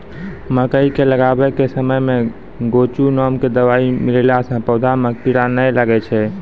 मकई के लगाबै के समय मे गोचु नाम के दवाई मिलैला से पौधा मे कीड़ा नैय लागै छै?